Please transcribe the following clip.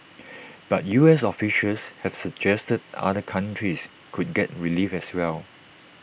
but U S officials have suggested other countries could get relief as well